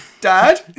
Dad